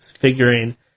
figuring